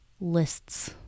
lists